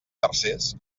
tercers